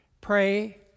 pray